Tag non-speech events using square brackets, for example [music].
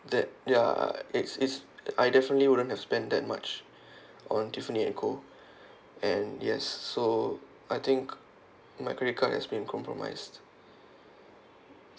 that ya uh is is I definitely wouldn't have spend that much [breath] on tiffany and co [breath] and yes so I think my credit card has been compromised